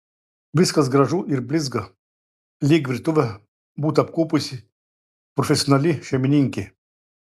viskas gražu ir blizga lyg virtuvę būtų apkuopusi profesionali šeimininkė